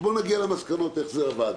בואו נגיע למסקנות איך זה עבד.